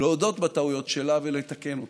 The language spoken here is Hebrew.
להודות בטעויות שלה ולתקן אותן.